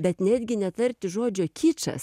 bet netgi netarti žodžio kičas